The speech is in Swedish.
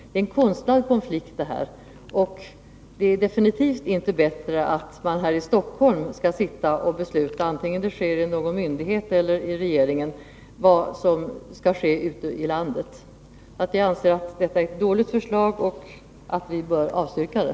Det är en konstlad konflikt som det här är fråga om. Och det är definitivt inte bättre att man här i Stockholm skall sitta och besluta — vare sig det görs hos någon myndighet eller i regeringen — vad som skall ske ute i landet. Jag anser att detta är ett dåligt förslag och att vi bör avstyrka det.